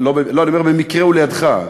לא, אני אומר, במקרה הוא לידך.